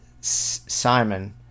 Simon